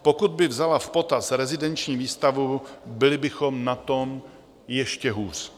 Pokud by vzala v potaz rezidenční výstavbu, byli bychom na tom ještě hůř.